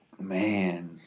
Man